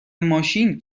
ماشین